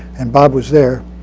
and bob was there.